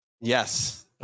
yes